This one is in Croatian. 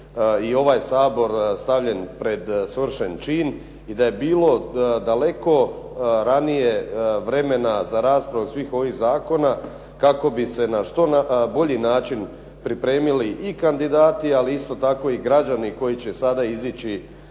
i ovaj Sabor stavljen pred svršen čin i da je bilo daleko ranije vremena za raspravu svih ovih zakona kako bi se na što bolji način pripremili i kandidati ali isto tako i građani koji će sada izići